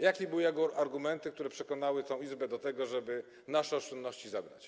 Jakie były jego argumenty, które przekonały całą Izbę do tego, żeby nasze oszczędności zabrać?